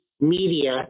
media